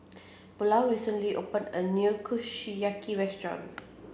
Paulo recently opened a new Kushiyaki Restaurant